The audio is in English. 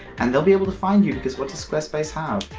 and they'll be able to find you because what does squarespace have?